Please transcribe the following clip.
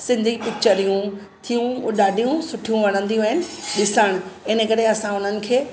सिंधी पिक्चरूं थियूं उ ॾाढियूं सुठियूं वणंदियूं आहिनि ॾिसणु इने करे असां उन्हनि खे